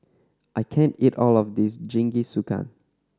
I can't eat all of this Jingisukan